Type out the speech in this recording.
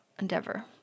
Endeavor